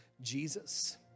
Jesus